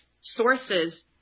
sources